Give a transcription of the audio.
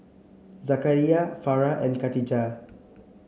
Zakaria Farah and Khatijah